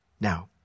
Now